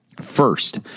First